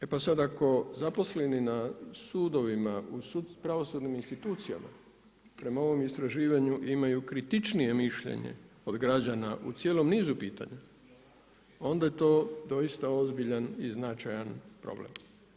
E pa sad ako zaposleni na sudovima u pravosudnim institucijama prema ovom istraživanju imaju kritičnije mišljenje od građana u cijelom nizu pitanja onda je to doista ozbiljan i značajan problem.